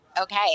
Okay